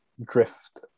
drift